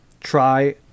Try